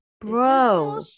bro